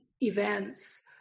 events